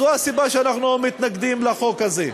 זו הסיבה שאנחנו מתנגדים לחוק הזה.